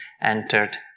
entered